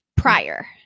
prior